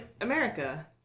America